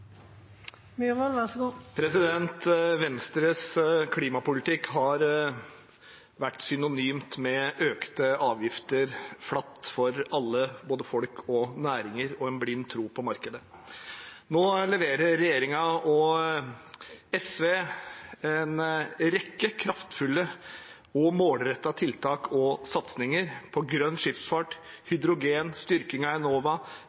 Venstres klimapolitikk har vært synonymt med økte avgifter flatt for alle, både folk og næringer, og en blind tro på markedet. Nå leverer regjeringen og SV en rekke kraftfulle og målrettede tiltak og satsinger på grønn skipsfart, hydrogen, styrking av Enova,